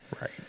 Right